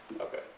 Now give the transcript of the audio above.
Okay